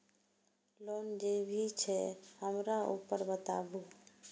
Loan जे भी छे हमरा ऊपर बताबू?